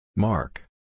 Mark